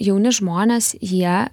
jauni žmonės jie